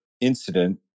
incident